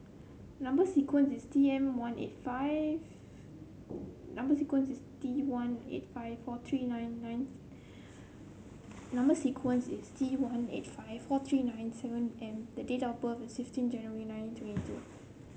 number sequence is T M one eight five number sequence is T one eight five four three nine nine number sequence is T one eight five four three nine seven M the date of birth is fifteen January nineteen twenty two